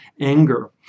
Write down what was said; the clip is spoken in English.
anger